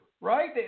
right